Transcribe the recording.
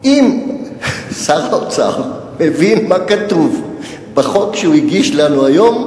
אם שר האוצר מבין מה כתוב בחוק שהוא הגיש לנו היום,